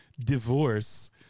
divorce